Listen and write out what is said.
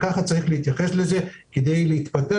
צריך להתייחס לזה כשלב ביניים כדי להיפטר